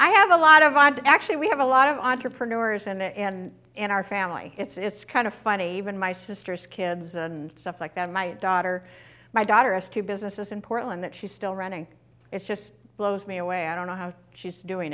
i have a lot of odd actually we have a lot of entrepreneurs and in our family it's kind of funny even my sister's kids and stuff like that my daughter my daughter is two businesses in portland that she's still running it's just blows me away i don't know how she's doing